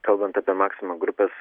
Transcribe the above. kalbant apie maksima grupės